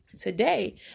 today